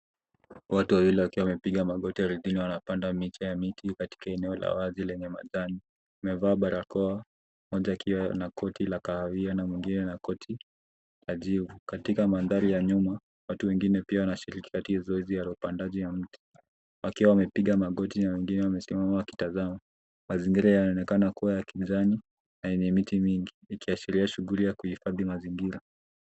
Watu wawili wakiwa wamepiga magoti ardhini wanapanda miche ya miti katika eneo la wazi lenye majani. Wamevaa barakoa mmoja akiwa na koti la kahawia na mwingine na koti la jivu. Katika mandhari ya nyuma, watu wengine pia wanashiriki katika zoezi ya upandaji wa mti, wakiwa wamepiga magoti na wengine wamesimama wakitazama. Mazingira yanaonekana kuwa ya kijani na yenye miti mingi ikiashiria shughuli ya kuhifadhi mazingira.